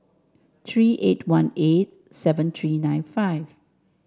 three eight one eight seven three nine five